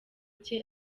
cye